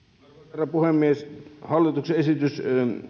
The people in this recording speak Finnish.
herra puhemies hallituksen esitys